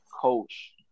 coach